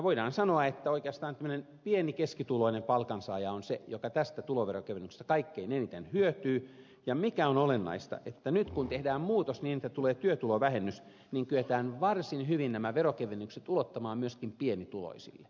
voidaan sanoa että oikeastaan tämmöinen pieni ja keskituloinen palkansaaja on se joka tästä tuloveronkevennyksestä kaikkein eniten hyötyy ja olennaista on että nyt kun tehdään muutos niin että tulee työtulovähennys niin kyetään varsin hyvin nämä veronkevennykset ulottamaan myöskin pienituloisille